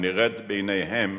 הנראית בעיניהם